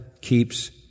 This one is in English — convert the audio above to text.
keeps